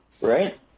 right